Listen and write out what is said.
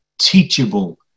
teachable